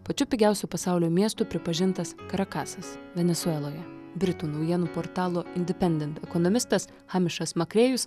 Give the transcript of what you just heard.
pačiu pigiausiu pasaulio miestu pripažintas karakasas venesueloje britų naujienų portalo independent ekonomistas hamišas makrėjus